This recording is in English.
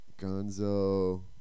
Gonzo